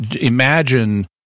imagine